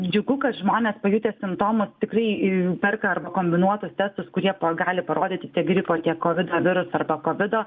džiugu kad žmonės pajutę simptomus tikrai perka arba kombinuotus testus kurie gali parodyti tiek gripo tiek kovido virusą arba kovido